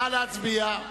נא להצביע.